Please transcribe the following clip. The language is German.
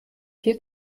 viel